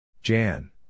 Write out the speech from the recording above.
Jan